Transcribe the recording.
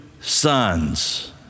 sons